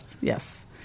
yes